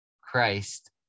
christ